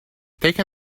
take